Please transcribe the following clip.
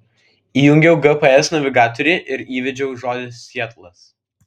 įjungiau gps navigatorių ir įvedžiau žodį sietlas